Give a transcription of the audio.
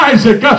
Isaac